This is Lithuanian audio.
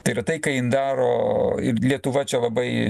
tai yra tai ką jin daro ir lietuva čia labai